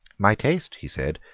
my taste, he said,